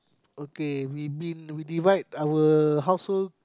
okay we been we divide our housework